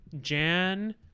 Jan